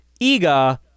Iga